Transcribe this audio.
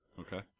okay